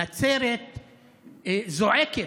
נצרת זועקת.